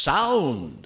Sound